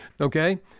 Okay